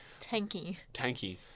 Tanky